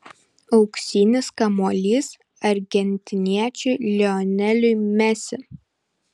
auksinis kamuolys argentiniečiui lioneliui messi